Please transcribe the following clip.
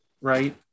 right